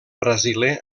brasiler